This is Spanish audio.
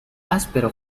áspero